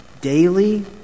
daily